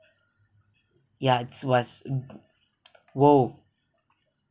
ya it's was !wow!